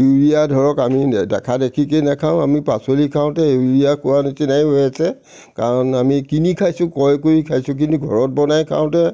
urea ধৰক আমি দেখাদেখিকে নাখাওঁ আমি পাচলি খাওঁতে ইউৰিয়া খোৱা নিচিনাই হৈ আছে কাৰণ আমি কিনি খাইছোঁ ক্ৰয় কৰি খাইছোঁ কিন্তু ঘৰত বনাই খাওঁতে